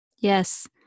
Yes